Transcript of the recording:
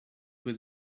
was